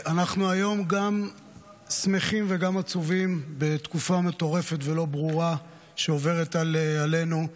אנחנו היום גם שמחים וגם עצובים בתקופה מטורפת ולא ברורה שעוברת עלינו,